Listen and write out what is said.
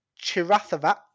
Chirathavat